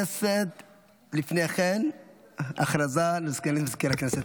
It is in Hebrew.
לפני כן, הודעה לסגנית מזכיר הכנסת.